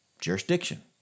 jurisdiction